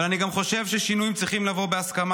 אבל אני גם חושב ששינויים צריכים לבוא בהסכמה,